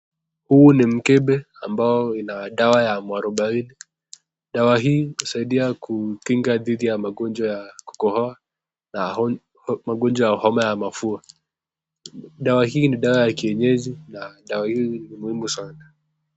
Huu ni mkebe ambao una dawa ya Muarubaini, dawa hii husaidia kukinga dhidi ya magonjwa ya kukohoa na magonjwa ya homa ya mafua. Dawa hii ni dawa ya kienyeji na ni muhimu sana.